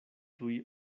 tuj